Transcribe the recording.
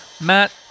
Matt